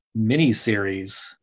miniseries